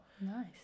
nice